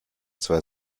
zwei